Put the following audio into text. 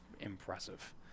impressive